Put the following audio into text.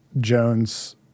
Jones